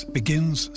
begins